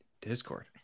discord